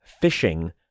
fishing